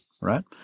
right